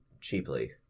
cheaply